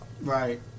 Right